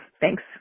Thanks